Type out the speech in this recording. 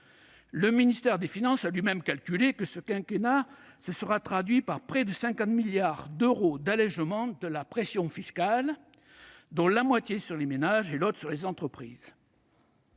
Le ministère des finances a lui-même calculé que ce quinquennat se sera traduit par près de 50 milliards d'euros d'allègement de la pression fiscale, dont la moitié sur les ménages et l'autre sur les entreprises.